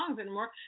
anymore